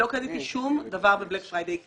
אני לא קניתי שום דבר ב-בלק פריידי.